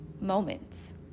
moments